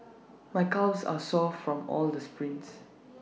my calves are sore from all the sprints